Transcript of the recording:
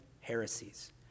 heresies